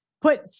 put